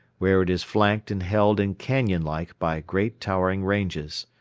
where it is flanked and held in canyon-like by great towering ranges.